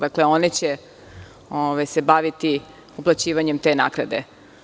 Dakle, one će se baviti uplaćivanjem te naknade.